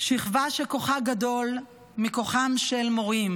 שכבה שכוחה גדול מכוחם של מורים,